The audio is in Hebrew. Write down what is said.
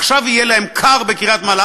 עכשיו יהיה להם קר בקריית-מלאכי,